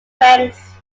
banks